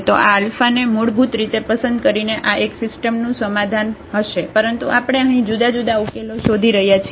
તો આ આલ્ફાને મૂળભૂત રીતે પસંદ કરીને આ સિસ્ટમનું એક સમાધાન હશે પરંતુ આપણે અહીં જુદા જુદા ઉકેલો શોધી રહ્યા છીએ